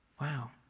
Wow